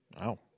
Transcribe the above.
Wow